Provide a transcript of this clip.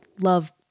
love